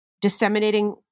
disseminating